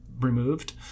removed